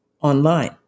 online